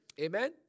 Amen